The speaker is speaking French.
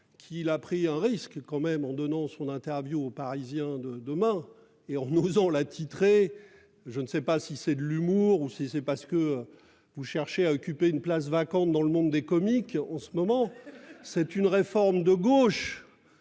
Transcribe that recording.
qu'il a pris un risque quand même en donnant son interview au Parisien de demain et on nous on l'a titrée. Je ne sais pas si c'est de l'humour ou si c'est parce que vous cherchez à occuper une place vacante dans le monde des comiques en ce moment, c'est une réforme de gauche.